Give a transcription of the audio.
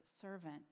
servant